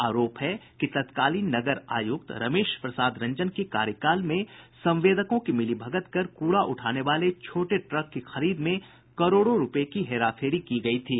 आरोप है कि तत्कालीन नगर आयुक्त रमेश प्रसाद रंजन के कार्यकाल में संवेदकों से मिलीभगत कर कूड़ा उठाने वाले छोटे ट्रक की खरीद में करोड़ों रूपये की हेराफेरी की गयी थी